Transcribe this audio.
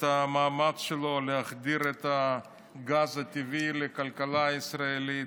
את המאמץ שלו להחדיר את הגז הטבעי לכלכלה הישראלית,